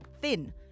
thin